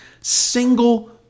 single